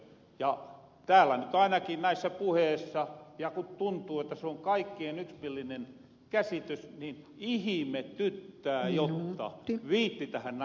kun täällä nyt ainakin näissä puheissa tuntuu että se on kaikkien yksimielinen käsitys niin ihimetyttää jotta viittitähän näin kauan vatkata